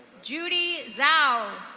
judy zow. so